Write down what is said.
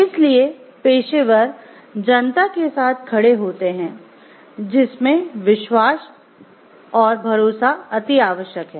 इसीलिए पेशेवर जनता के साथ खड़े होते हैं जिसमें विश्वास और भरोसा अतिआवश्यक है